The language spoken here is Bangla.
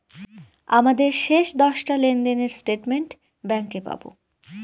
আমাদের শেষ দশটা লেনদেনের স্টেটমেন্ট ব্যাঙ্কে পাবো